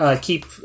Keep